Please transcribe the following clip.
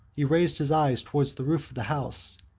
he raised his eyes towards the roof of the house,